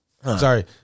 Sorry